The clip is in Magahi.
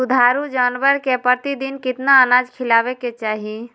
दुधारू जानवर के प्रतिदिन कितना अनाज खिलावे के चाही?